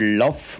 love